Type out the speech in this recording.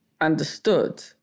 understood